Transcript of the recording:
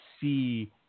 see